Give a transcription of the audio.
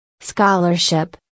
Scholarship